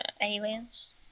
aliens